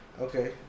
Okay